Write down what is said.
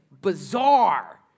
bizarre